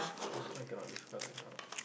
that's why I cannot this path I cannot